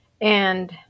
and-